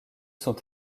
sont